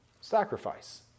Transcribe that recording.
sacrifice